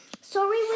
Sorry